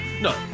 no